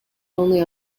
only